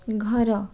ଘର